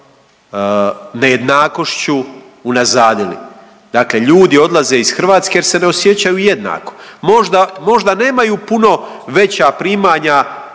nejednakošću unazadili. Dakle, ljudi odlaze iz Hrvatske jer se ne osjećaju jednako. Možda nemaju puno veća primanja